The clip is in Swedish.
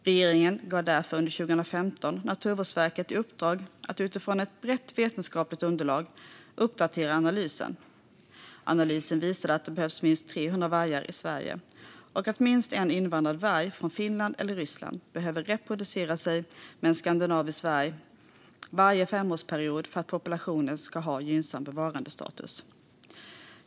Regeringen gav därför under 2015 Naturvårdsverket i uppdrag att utifrån ett brett vetenskapligt underlag uppdatera analysen. Analysen visade att det behövs minst 300 vargar i Sverige och att minst en invandrad varg från Finland eller Ryssland behöver reproducera sig med en skandinavisk varg varje femårsperiod för att populationen ska ha gynnsam bevarandestatus.